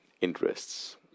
interests